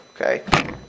okay